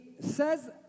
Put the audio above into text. says